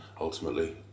Ultimately